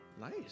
Nice